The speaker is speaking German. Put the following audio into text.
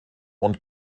und